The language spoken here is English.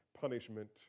punishment